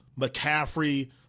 McCaffrey